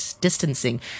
Distancing